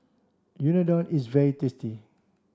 Unadon is very tasty